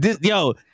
Yo